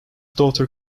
daughter